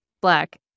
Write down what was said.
Black